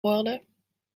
worden